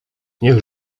niech